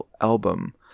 album